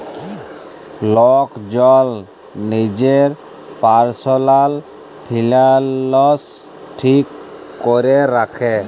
lock জল লিজের পারসলাল ফিলালস ঠিক ক্যরে রাখে